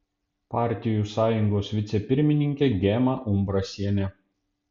partijų sąjungos vicepirmininkė gema umbrasienė